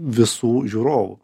visų žiūrovų